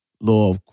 law